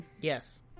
Yes